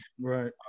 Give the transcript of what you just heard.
Right